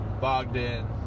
Bogdan